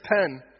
pen